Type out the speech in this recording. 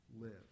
live